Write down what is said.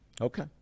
Okay